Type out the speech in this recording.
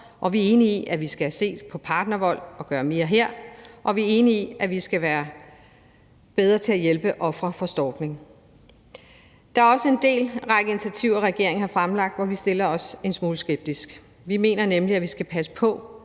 vi er enige i, at vi skal se på partnervold og gøre mere her, og vi er enige i, at vi skal være bedre til at hjælpe ofre for stalking. Der er også en hel række initiativer, regeringen har fremlagt, hvor vi stiller os en smule skeptisk. Vi mener nemlig, at vi skal passe på,